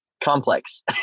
complex